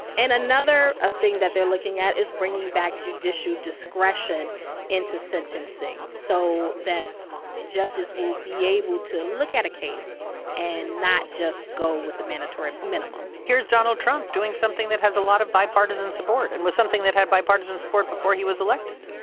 and another ah thing that they're looking at is bringing back judicial discretion into sentencing so that judges will be able to look at a case and not just go with the mandatory minimum here's donald trump doing something that has a lot of bipartisan support and was something that had bipartisan support before he was elected.